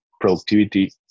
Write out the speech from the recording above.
productivity